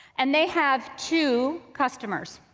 and they have two customers.